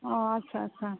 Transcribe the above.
ᱦᱮᱸ ᱟᱪᱪᱷᱟ ᱟᱪᱪᱷᱟ